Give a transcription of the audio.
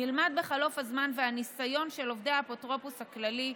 נלמד בחלוף הזמן והניסיון של עובדי האפוטרופוס הכללי,